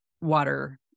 water